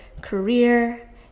career